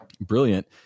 brilliant